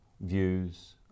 views